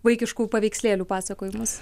vaikiškų paveikslėlių pasakojimus